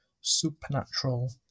supernatural